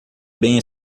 bem